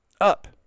up